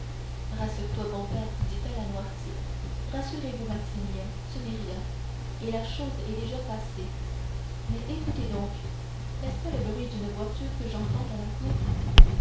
rassure-toi bon père dit-elle à noirtier rassurez-vous maximilien ce n'est rien et la chose est déjà passée mais écoutez donc n'est-ce pas le bruit d'une voiture que j'entends dans la cour